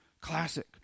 classic